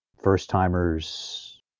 first-timers